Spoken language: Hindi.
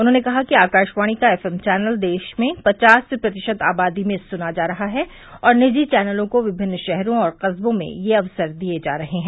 उन्होंने कहा कि आकाशवाणी का एफएम चैनल देश में पचास प्रतिशत आबादी में सुना जा रहा है और निजी चैनलों को विमिन्न शहरों और कस्बों में यह अवसर दिए जा रहे हैं